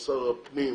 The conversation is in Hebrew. ושר הפנים,